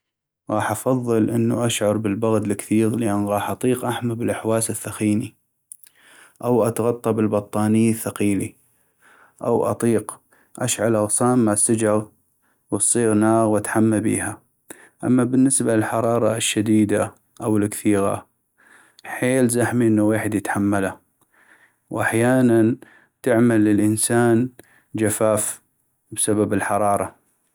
غاح أفضل انو اشعر بالبغد الكثيغ ، لان غاح اطيق احمى بالحواس الثخيني أو اتغطى بالبطاني الثقيلي أو اطيق اشعل أغصان مال سجغ وتصيغ ناغ وتحمى بيها ، أما بالنسبة للحرارة الشديدة أو الكثيغا حيل زحمي انو ويحد يتحمله وأحياناً تعمل للانسان جفاف بسبب الحرارة.